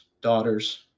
daughters